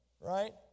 Right